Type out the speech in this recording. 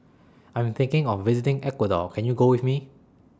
I Am thinking of visiting Ecuador Can YOU Go with Me